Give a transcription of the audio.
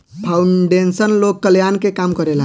foundation लोक कल्याण के काम करेला